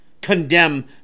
condemn